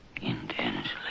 intensely